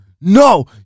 no